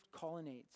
colonnades